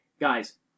guys